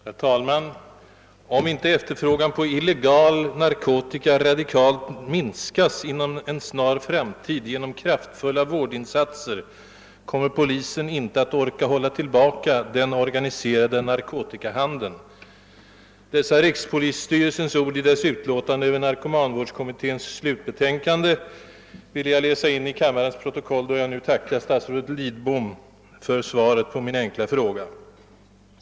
Herr talman! »Om inte efterfrågan på illegal narkotika radikalt minskas inom en snar framtid genom kraftfulla vårdinsatser, kommer polisen inte att orka hålla tillbaka den organiserade narkotikahandeln.« Dessa rikspolisstyrelsens ord i dess utlåtande över narkomanvårdskommitténs slutbetänkande vill jag läsa in i kammarens protokoll, då jag nu tackar statsrådet Lidbom för svaret på min enkla fråga.